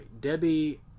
Debbie